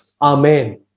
amen